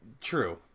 True